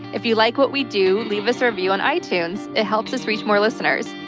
if you like what we do, leave us are but you on itunes. it helps us reach more listeners.